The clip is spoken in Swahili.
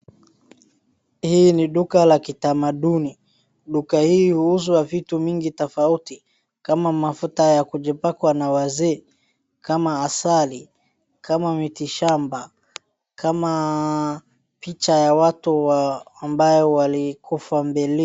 Hiii ni duka la kitamaduni. Duka hii huuzwa vitu tofauti kama mafuta ya kujipakwa na wazee kama asali. kama miti shamba. Kama picha ya watu ambawo walikuufa mbeleni.